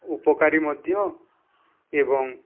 ଉପକାରୀ ମଧ୍ୟ ଏବଂ